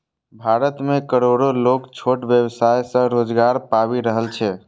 भारत मे करोड़ो लोग छोट व्यवसाय सं रोजगार पाबि रहल छै